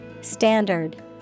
Standard